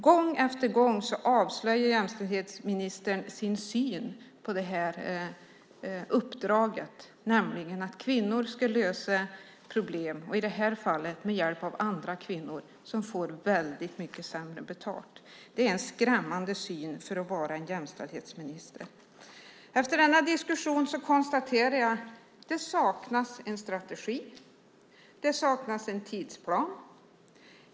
Gång efter gång avslöjar jämställdhetsministern sin syn på det här uppdraget, nämligen att kvinnor ska lösa problem, i det här fallet med hjälp av andra kvinnor som får väldigt mycket sämre betalt. Det är en skrämmande syn som Nyamko Sabuni som jämställdhetsminister har. Efter denna diskussion konstaterar jag att det saknas en strategi och att det saknas en tidsplan.